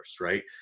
right